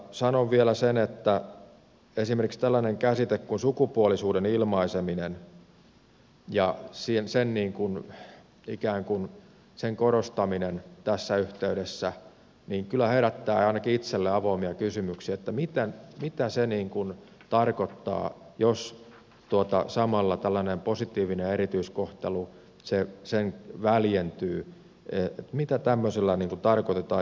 sanon vielä sen että esimerkiksi tällainen käsite kuin sukupuolisuuden ilmaiseminen ja ikään kuin sen korostaminen tässä yhteydessä herättää kyllä ainakin itselleni avoimia kysymyksiä että mitä se tarkoittaa jos samalla tällainen positiivinen erityiskohtelu se sen väljähtyy että mitä tämä sillä väljentyy